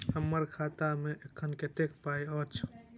हम्मर खाता मे एखन कतेक पाई अछि?